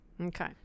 okay